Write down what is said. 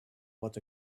what